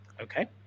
Okay